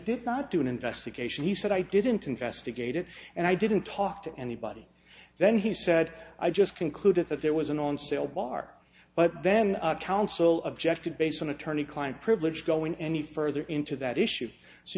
did not do an investigation he said i didn't investigate it and i didn't talk to anybody then he said i just concluded that there was an on sale bar but then counsel objected based on attorney client privilege going any further into that issue so